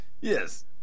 Yes